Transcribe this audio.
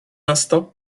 instant